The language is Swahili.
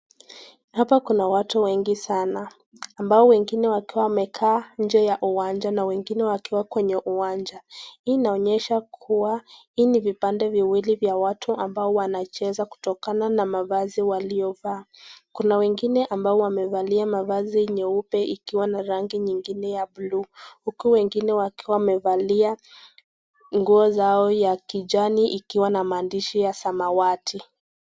Hapa kuna watu wengi sana, ambao wengine wakiwa wamekaa nje ya uwanja na wengine wakiwa kwenye uwanja. Hii inaonyesha kuwa, hii ni vipande viwili vya watu ambao wanacheza kutokana na mavazi waliovaa. Kuna wengine ambao wamevalia mavazi nyeupe ikiwa na rangi nyingine ya blue .huku wengine wakiwa wamevalia nguo za ya kijani ikiwa na maandishi ya samawati.